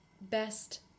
best